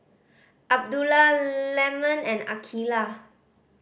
Abdullah Leman and Aqeelah